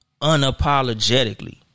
unapologetically